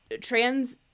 trans